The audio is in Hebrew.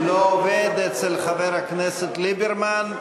לא עובד אצל חבר הכנסת ליברמן.